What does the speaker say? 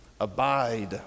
abide